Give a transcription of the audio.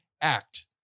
Act